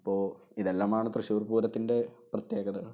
അപ്പോൾ ഇതെല്ലാമാണ് തൃശ്ശൂര് പൂരത്തിന്റെ പ്രത്യേകതകള്